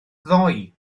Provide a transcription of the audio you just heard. ddoe